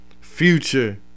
Future